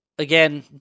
Again